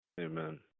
Amen